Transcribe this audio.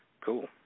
Cool